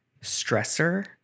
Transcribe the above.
stressor